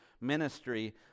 ministry